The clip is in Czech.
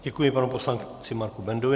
Děkuji panu poslanci Marku Bendovi.